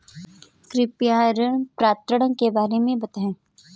कृपया ऋण पात्रता के बारे में बताएँ?